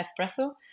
espresso